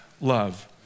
love